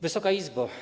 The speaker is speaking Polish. Wysoka Izbo!